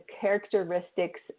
characteristics